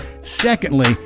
Secondly